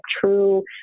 true